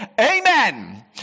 Amen